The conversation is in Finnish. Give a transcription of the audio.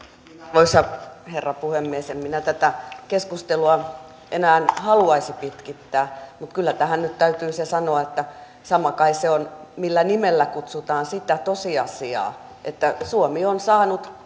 arvoisa herra puhemies en minä tätä keskustelua enää haluaisi pitkittää mutta kyllä tähän nyt täytyy se sanoa että sama kai se on millä nimellä kutsutaan sitä tosiasiaa että suomi on saanut